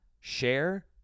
share